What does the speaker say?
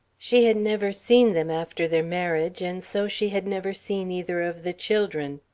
she had never seen them after their marriage, and so she had never seen either of the children.